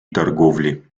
торговли